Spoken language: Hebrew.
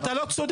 אתה לא צודק.